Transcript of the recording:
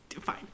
fine